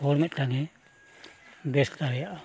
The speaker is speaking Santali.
ᱚᱱᱮᱠ ᱜᱟᱱᱮ ᱵᱮᱥ ᱫᱟᱲᱮᱭᱟᱜᱼᱟ